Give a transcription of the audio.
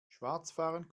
schwarzfahren